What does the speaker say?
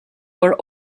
were